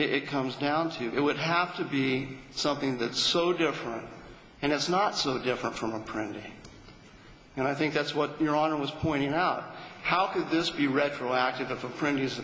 what it comes down to it would have to be something that's so different and it's not so different from a print and i think that's what your honor was pointing out how could this be retroactive